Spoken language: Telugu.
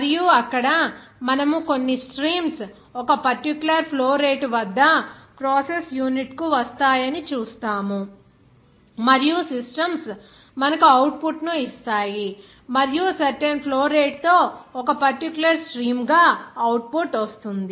మరియు అక్కడ మనము కొన్ని స్ట్రీమ్స్ ఒక పర్టిక్యూలర్ ఫ్లో రేటు వద్ద ప్రాసెస్ యూనిట్కు వస్తాయని చూస్తాము మరియు సిస్టమ్స్ మనకు అవుట్పుట్ ను ఇస్తాయి మరియు సర్టెన్ ఫ్లో రేటుతో ఒక పర్టిక్యూలర్ స్ట్రీమ్గా అవుట్పుట్ వస్తుంది